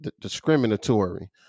discriminatory